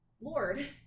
lord